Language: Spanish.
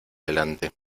delante